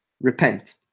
repent